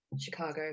Chicago